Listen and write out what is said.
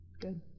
good